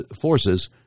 forces